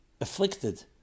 afflicted